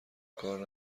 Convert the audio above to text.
کار